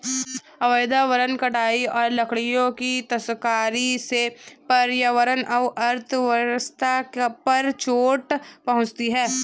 अवैध वन कटाई और लकड़ियों की तस्करी से पर्यावरण और अर्थव्यवस्था पर चोट पहुँचती है